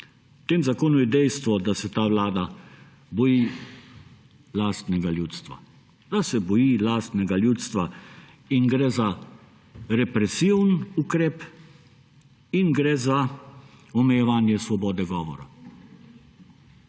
V tem zakonu je dejstvo, da se ta vlada boji lastnega ljudstva, da se ta vlada boji lastnega ljudstva. In gre za represiven ukrep in gre za omejevanje svobode govora.